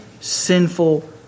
sinful